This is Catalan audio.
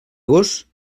agost